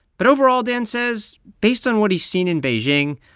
but overall, dan says, based on what he's seen in beijing,